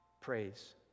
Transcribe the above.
praise